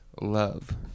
love